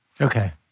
Okay